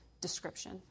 description